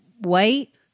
wait